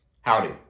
Howdy